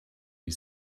die